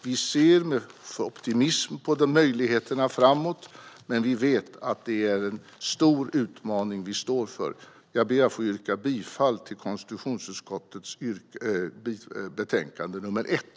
Vi ser med optimism på möjligheterna framåt, men vi vet att det är en stor utmaning vi står inför. Jag ber att få yrka bifall till förslaget i konstitutionsutskottets betänkande nr 1.